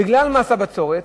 בגלל מס הבצורת,